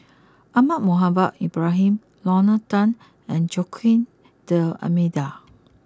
Ahmad Mohamed Ibrahim Lorna Tan and Joaquim D'Almeida